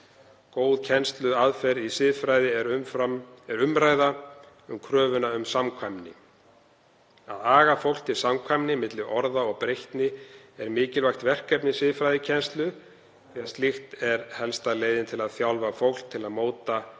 Góð kennsluaðferð í siðfræði er umræða um kröfuna um samkvæmni. Að aga fólk til samkvæmni milli orða og breytni er mikilvægt verkefni siðfræðikennslu því að slíkt er helsta leiðin til að þjálfa fólk til að móta